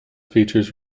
features